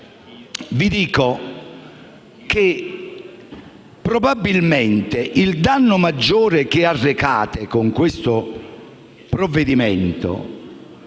prevenzione). Probabilmente, il danno maggiore che arrecate con questo provvedimento